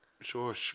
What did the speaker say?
Sure